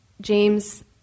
James